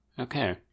Okay